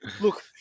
look